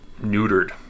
neutered